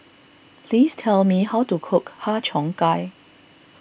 please tell me how to cook Har Cheong Gai